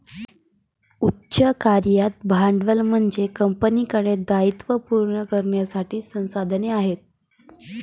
उच्च कार्यरत भांडवल म्हणजे कंपनीकडे दायित्वे पूर्ण करण्यासाठी संसाधने आहेत